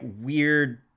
weird